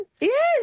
yes